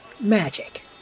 Magic